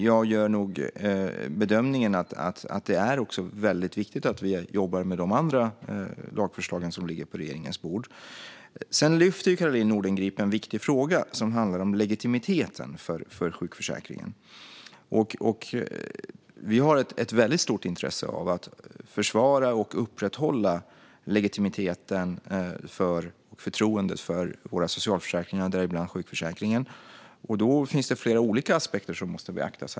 Jag gör dock bedömningen att det är väldigt viktigt att vi också jobbar med de andra lagförslag som ligger på regeringens bord. Caroline Nordengrip tog upp en viktig fråga som handlar om legitimiteten för sjukförsäkringen. Vi har ett väldigt stort intresse av att försvara och upprätthålla legitimiteten och förtroendet för våra socialförsäkringar, däribland sjukförsäkringen. Det finns flera olika aspekter som måste beaktas.